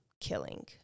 killing